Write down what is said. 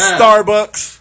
Starbucks